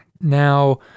Now